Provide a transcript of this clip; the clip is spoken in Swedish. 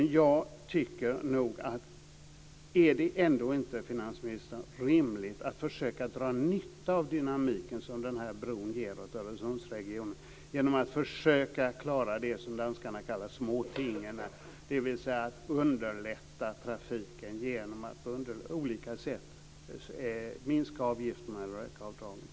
Är det inte, finansministern, rimligt att försöka dra nytta av den dynamik som den här bron ger åt Öresundsregionen genom att försöka klara av det som danskarna kallar de små tingen, dvs. att underlätta trafiken genom att på olika sätt minska avgifterna eller öka avdragen?